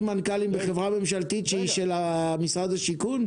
מנכ"לים בחברה ממשלתית שהיא של משרד השיכון?